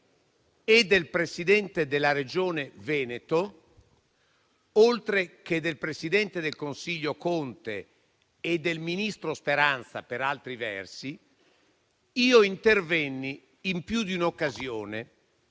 e del Presidente della Regione Veneto, oltre che del presidente del Consiglio Conte e del ministro Speranza (per altri versi), io intervenni in più di un'occasione